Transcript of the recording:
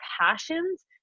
passions